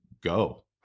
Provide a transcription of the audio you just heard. go